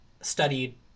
studied